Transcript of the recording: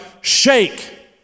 shake